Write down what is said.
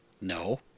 No